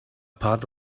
part